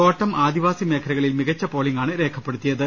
തോട്ടം ആദിവാസി മേഖ ലകളിൽ മികച്ച പോളിംഗാണ് രേഖപ്പെടുത്തിയത്